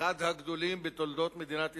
אחד הגדולים בתולדות מדינת ישראל,